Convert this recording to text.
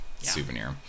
souvenir